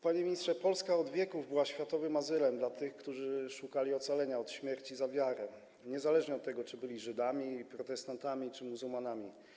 Panie ministrze, Polska od wieków była światowym azylem dla tych, którzy szukali ocalenia od śmierci za wiarę, niezależnie od tego, czy byli żydami, protestantami czy muzułmanami.